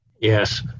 Yes